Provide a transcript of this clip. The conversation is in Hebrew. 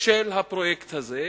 של הפרויקט הזה,